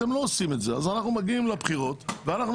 אתם לא עושים את זה ואנחנו מגיעים לבחירות ואנחנו